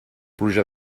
pluja